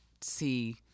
see